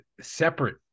separate